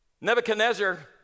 Nebuchadnezzar